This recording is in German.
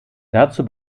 dazu